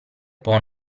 può